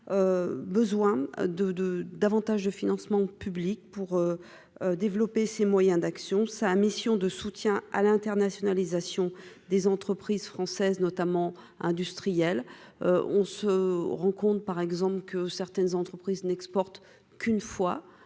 besoin de davantage de financement public pour développer ses moyens d'action sa mission de soutien à l'internationalisation. Des entreprises françaises, notamment industriels, on se rend compte par exemple que certaines entreprises n'exporte qu'une fois